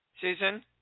Susan